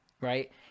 Right